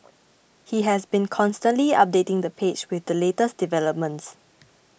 he has been constantly updating the page with the latest developments